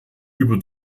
über